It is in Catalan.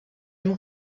amb